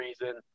reason